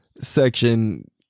section